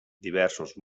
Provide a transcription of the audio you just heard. diversos